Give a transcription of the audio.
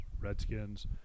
Redskins